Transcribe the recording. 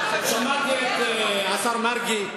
שמעתי את השר מרגי,